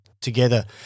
together